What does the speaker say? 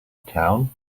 town